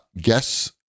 Guess